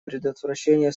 предотвращение